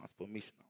transformational